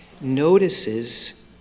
notices